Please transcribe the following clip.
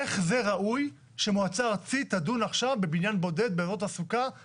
איך זה ראוי שמועצה ארצית תדון עכשיו בבניין בודד בכרמיאל.